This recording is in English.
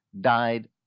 died